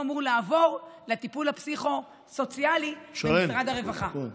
לעבור לטיפול הפסיכו-סוציאלי של משרד הרווחה.